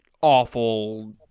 awful